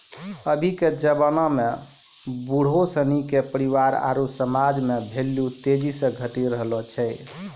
अभी के जबाना में बुढ़ो सिनी के परिवार आरु समाज मे भेल्यू तेजी से घटी रहलो छै